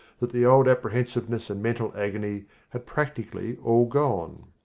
that the old apprehensiveness and mental agony had practically all gone.